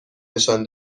نشان